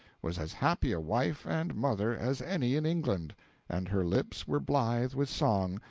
was as happy a wife and mother as any in england and her lips were blithe with song,